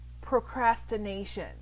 procrastination